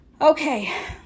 okay